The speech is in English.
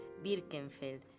Birkenfeld